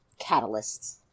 catalysts